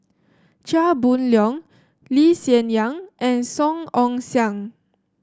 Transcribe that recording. Chia Boon Leong Lee Hsien Yang and Song Ong Siang